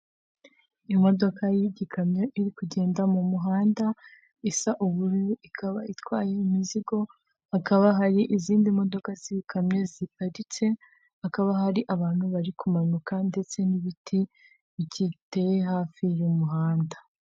Imodoka y'igikamyo iri kugenda mu muhanda isa ubururu ikaba itwaye imizigo hakaba hari izindi modoka z'ikamyo ziparitse hakaba hari abantu bari kumanuka ndetse n'ibiti byiteye hafi y'umuhanda.